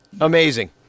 Amazing